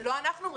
לא אנחנו,